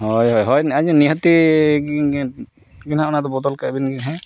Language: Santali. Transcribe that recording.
ᱦᱳᱭ ᱦᱳᱭ ᱟᱡ ᱱᱤᱦᱟᱹᱛᱤ ᱜᱮᱦᱟᱸᱜ ᱚᱱᱟᱫᱚ ᱵᱚᱫᱚᱞ ᱠᱟᱜ ᱵᱤᱱ ᱜᱮ ᱦᱮᱸ